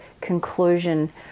conclusion